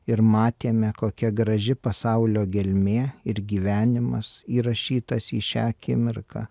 ir matėme kokia graži pasaulio gelmė ir gyvenimas įrašytas į šią akimirką